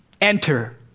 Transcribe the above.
enter